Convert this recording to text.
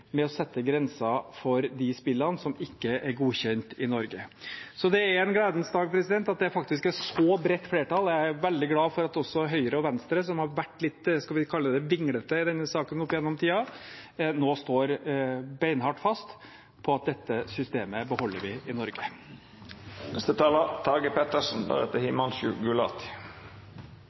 med å sette grenser for de spillene som ikke er godkjent i Norge. Så det er en gledens dag fordi det faktisk er et så bredt flertall. Jeg er veldig glad for at også Høyre og Venstre, som har vært litt vinglete i denne saken opp gjennom tidene, nå står beinhardt fast på at vi beholder dette systemet i Norge. Målsettingen for spillpolitikken i